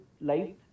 life